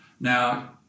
Now